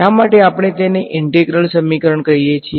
શા માટે આપણે તેને ઈન્ટેગ્રલ સમીકરણ કહીએ છીએ